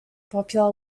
popular